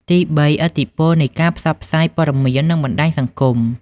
ទីបី ឥទ្ធិពលនៃការផ្សព្វផ្សាយព័ត៌មាន និងបណ្តាញសង្គម។